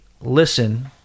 listen